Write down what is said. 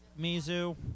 Mizu